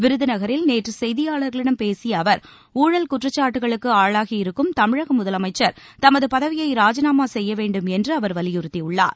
விருதுநகரில் நேற்று செய்தியாளர்களிடம் பேசிய அவர் ஊழல் குற்றச்சாட்டுகளுக்கு ஆளாகியிருக்கும் தமிழக முதலமைச்சர் தமது பதவியை ராஜினாமா செய்ய வேண்டும் என்று அவர் வலியுறுத்தியுள்ளார்